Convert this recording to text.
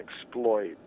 exploit